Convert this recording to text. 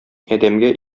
адәмгә